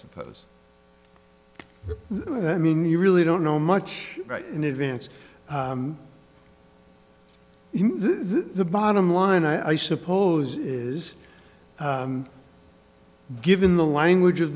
suppose i mean you really don't know much in advance the bottom line i suppose is given the language